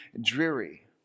dreary